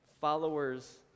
Followers